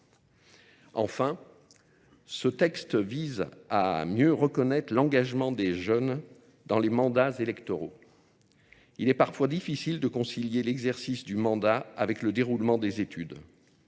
Enfin, Ce texte vise à mieux reconnaître l'engagement des jeunes dans les mandats électoraux. Il est parfois difficile de concilier l'exercice du mandat avec le déroulement des études.